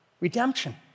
redemption